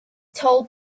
told